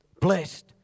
Blessed